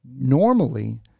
Normally